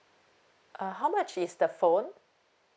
uh how much is the phone